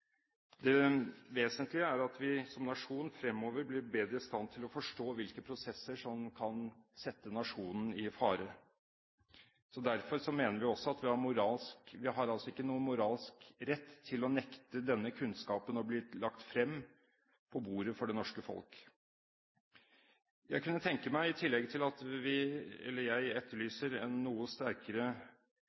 Det vesentlige er at vi som nasjon fremover blir bedre i stand til å forstå hvilke prosesser som kan sette nasjonen i fare. Derfor mener vi også at vi ikke har noen moralsk rett til å nekte at denne kunnskapen blir lagt frem på bordet for det norske folk. Jeg etterlyser en noe sterkere